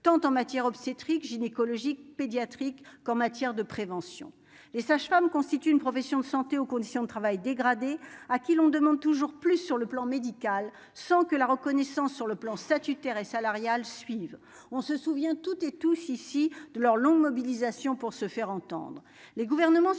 tant en matière obstétrique gynécologique pédiatrique qu'en matière de prévention, les sages-femmes constitue une profession de santé aux conditions de travail dégradées à qui l'on demande toujours plus sur le plan médical sans que la reconnaissance sur le plan statutaire et salariale suive, on se souvient toutes et tous, ici, de leur longue mobilisation pour se faire entendre,